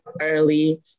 early